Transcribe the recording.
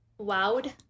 Wowed